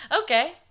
Okay